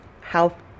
health